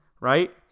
right